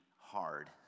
hard